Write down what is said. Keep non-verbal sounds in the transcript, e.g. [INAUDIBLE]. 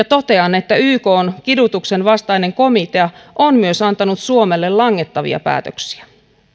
[UNINTELLIGIBLE] totean että ykn kidutuksenvastainen komitea on myös antanut suomelle langettavia päätöksiä